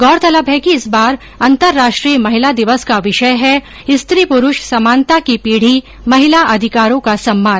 गौरतलब है कि इस बार अंतर्राष्ट्रीय महिला दिवस का विषय है स्त्री पुरुष समानता की पीढ़ी महिला अधिकारों का सम्मान